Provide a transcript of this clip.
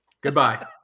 Goodbye